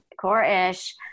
Core-ish